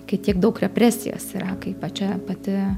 kai tiek daug represijos yra kai pačia pati